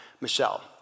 Michelle